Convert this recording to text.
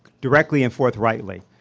directly and forthrightly.